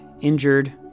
injured